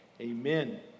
amen